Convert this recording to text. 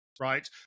right